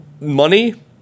money